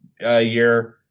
year